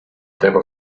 tempo